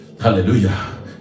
Hallelujah